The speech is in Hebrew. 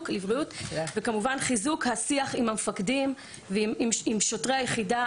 וכמובן חיזוק השיח עם המפקדים ועם עם שוטרי היחידה,